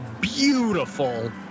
beautiful